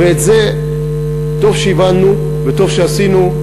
ואת זה טוב שהבנו וטוב שעשינו.